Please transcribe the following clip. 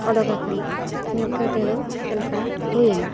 ᱚᱰᱚᱠ ᱟᱠᱟᱱᱟ ᱱᱤᱝᱠᱟᱹ ᱛᱮᱫᱚ ᱪᱮᱫ ᱞᱮᱠᱟ ᱦᱩᱭᱮᱱᱟ